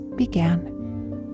began